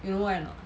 you know why or not